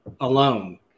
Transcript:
alone